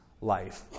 life